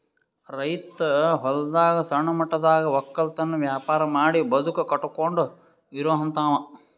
ರೈತ್ ಹೊಲದಾಗ್ ಸಣ್ಣ ಮಟ್ಟದಾಗ್ ವಕ್ಕಲತನ್ ವ್ಯಾಪಾರ್ ಮಾಡಿ ಬದುಕ್ ಕಟ್ಟಕೊಂಡು ಇರೋಹಂತಾವ